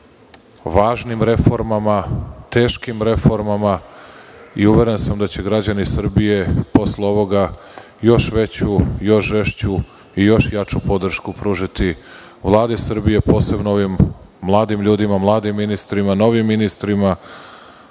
važnim reformama, teškim reformama. Uveren sam da će građani Srbije posle ovoga još veću, još žešću i još jaču podršku pružiti Vladi Srbije, posebno ovim mladim ljudima, mladim ministrima, novim ministrima,